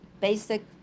basic